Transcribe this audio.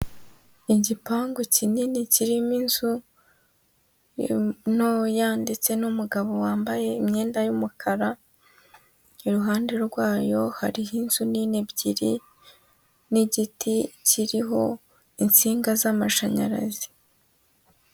Igipangu kinini kirimo inzu ntoya ndetse n'umugabo wambaye imyenda y'umukara, iruhande rwayo hariho inzu nini ebyiri n'igiti kiriho insinga z'amashanyarazi.